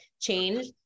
change